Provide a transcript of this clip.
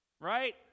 Right